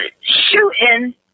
shooting